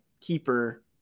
keeper